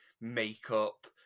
makeup